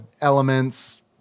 elements